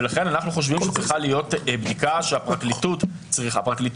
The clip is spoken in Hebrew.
ולכן אנחנו חושבים שצריכה להיות בדיקה שהפרקליטות צריכה.